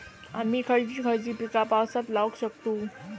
आम्ही खयची खयची पीका पावसात लावक शकतु?